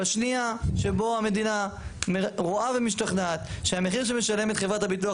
בשנייה שבה המדינה רואה ומשתכנעת שהמחיר שמשלמת חברת הביטוח,